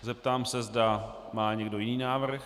Zeptám se, zda má někdo jiný návrh.